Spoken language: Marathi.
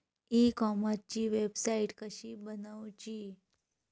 ई कॉमर्सची वेबसाईट कशी बनवची?